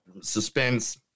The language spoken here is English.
suspense